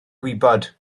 gwybod